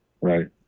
right